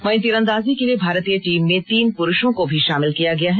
वहीं तीरंदाजी के लिए भारतीय टीम में तीन पुरूषों को भी शामिल किया गया है